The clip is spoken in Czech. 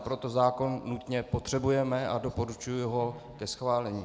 Proto zákon nutně potřebujeme a doporučuji ho ke schválení.